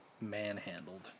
manhandled